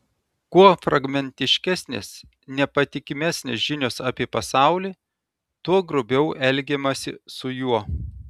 kuo fragmentiškesnės nepatikimesnės žinios apie pasaulį tuo grubiau elgiamasi su juo